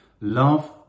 love